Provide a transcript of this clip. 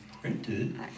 printed